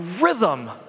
rhythm